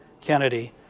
Kennedy